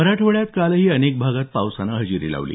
मराठवाड्यात कालही अनेक भागात पावसानं हजेरी लावली